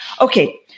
Okay